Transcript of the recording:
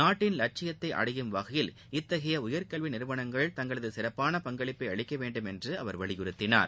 நாட்டின் லட்சியத்தை அடையும் வகையில் இத்தகைய உயர்கல்வி நிறுவனங்கள் தங்களது சிறப்பான பங்களிப்பை அளிக்க வேண்டும் என்று அவர் வலியுறுத்தினார்